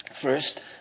First